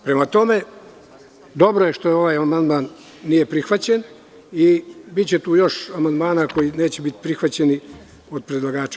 Prema tome, dobro je što ovaj amandman nije prihvaćen i biće tu još amandmana koji neće biti prihvaćeni od predlagača.